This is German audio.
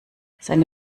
seine